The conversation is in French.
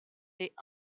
est